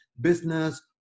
business